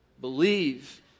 Believe